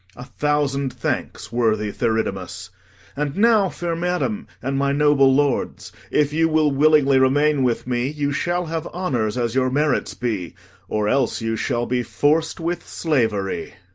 a thousand thanks, worthy theridamas and now, fair madam, and my noble lords, if you will willingly remain with me, you shall have honours as your merits be or else you shall be forc'd with slavery.